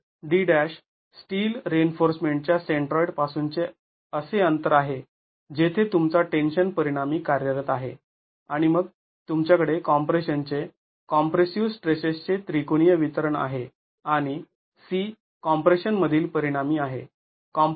तर d' steel रिइन्फोर्समेंटच्या centroid पासूनचे असे अंतर आहे जेथे तुमचा टेन्शन परिणामी कार्यरत आहे आणि मग तुमच्याकडे कॉम्प्रेशनचे कॉम्प्रेसिव स्ट्रेसेसचे त्रिकोणीय वितरण आहे आणि C कॉम्प्रेशन मधील परिणामी आहे